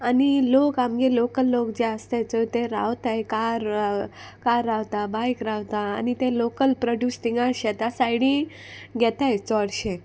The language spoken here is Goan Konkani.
आनी लोक आमगे लोकल लोक जे आसताय चोय ते रावताय कार कार रावता बायक रावता आनी ते लोकल प्रोड्यूस थिंगा शेता सायडी घेताय चोडशे